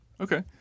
Okay